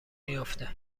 میافته